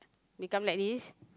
become like this